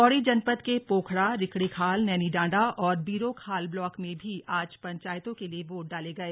पौड़ी जनपद के पोखड़ा रिखणीखाल नैनीडांडा और बीरोंखाल ब्लॉक में भी आज पंचायतों के लिए वोट डाले गए